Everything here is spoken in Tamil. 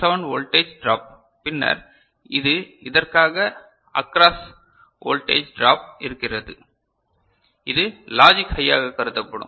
7 வோல்டேஜ் டிராப் பின்னர் இது இதற்காக அக்ராஸ் வோல்டேஜ் டிராப் இருக்கிறது இது லாஜிக் ஹையாக கருதப்படும்